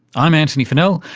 i'm antony funnell,